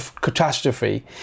catastrophe